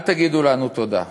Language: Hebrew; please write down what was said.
אל תגידו לנו תודה,